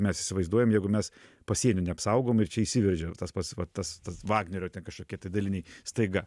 mes įsivaizduojam jeigu mes pasienio neapsaugom ir čia įsiveržia ir tas pats va tas tas vagnerio ten kažkokie tai daliniai staiga